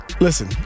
Listen